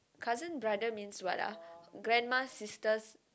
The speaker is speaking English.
cousin brother means what ah grandma sister's